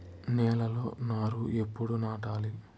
నేలలో నారు ఎప్పుడు నాటాలి?